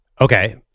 Okay